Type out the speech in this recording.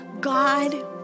God